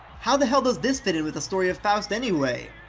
how the hell does this fit in with the story of faust, anyway?